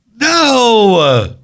No